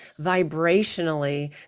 vibrationally